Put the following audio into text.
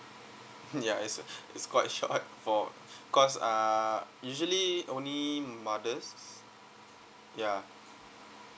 ya it's a it's quite short for cause uh usually only mothers ya